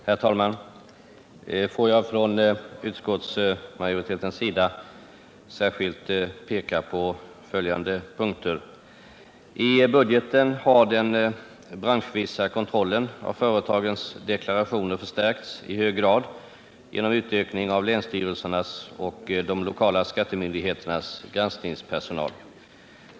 Herr talman! Jag vill från utskottsmajoritetens sida särskilt peka på följande punkter. I budgeten har den branschvisa kontrollen av företagens deklarationer i hög grad förstärkts genom utökning av länsstyrelsernas och de lokala skattemyndigheternas granskningspersonal.